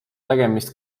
tegemist